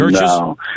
No